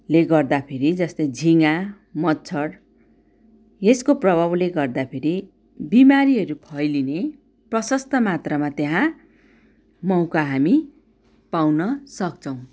ले गर्दाखेरि जस्तै झिङ्गा मच्छड यस्को प्रभावले गर्दा फेरि बिमारीहरू फैलिने प्रशस्त मात्रामा त्यहाँ मौका हामी पाउन सक्छौँ